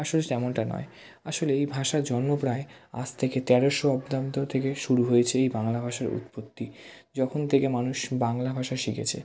আসলে তেমনটা নয় আসলে এই ভাষার জন্ম প্রায় আজ থেকে তেরোশো অব্দান্ত থেকে শুরু হয়েছে এই বাংলা ভাষার উৎপত্তি যখন থেকে মানুষ বাংলা ভাষা শিখেছে